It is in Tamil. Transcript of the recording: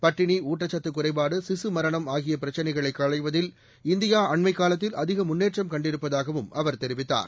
பட்டினி ஊட்டச்சத்து குறைபாடு சிசு மரணம் ஆகிய பிரச்சினைகளை களைவதில் இந்தியா அண்மைக் காலத்தில் அதிக முன்னேற்றம் கண்டிருப்பதாகவும் அவர் தெரிவித்தார்